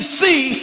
see